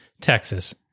Texas